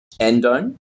Endone